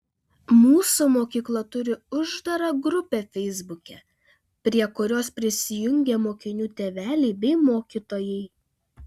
mūsų mokykla turi uždarą grupę feisbuke prie kurios prisijungę mokinių tėveliai bei mokytojai